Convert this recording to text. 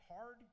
hard